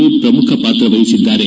V ಪ್ರಮುಖ ಪಾತ್ರ ವಹಿಸಿದ್ದಾರೆ